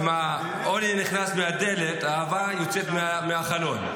אם העוני נכנס מהדלת, האהבה יוצאת מהחלון.